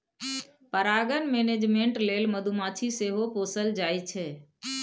परागण मेनेजमेन्ट लेल मधुमाछी सेहो पोसल जाइ छै